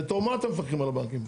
בתור מה אתם מפקחים על הבנקים?